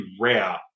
rare